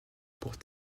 pour